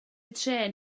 trên